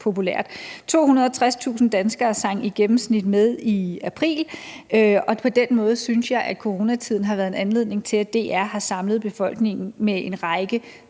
populært – 260.000 danskere sang i gennemsnit med i april. På den måde synes jeg, at coronatiden har været en anledning til, at DR har samlet befolkningen med en række